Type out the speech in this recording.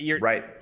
Right